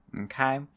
Okay